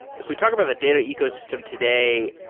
if we talk about the data ecosystem today,